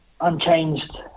unchanged